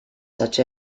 such